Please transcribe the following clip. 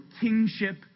kingship